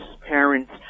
parents